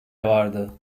vardı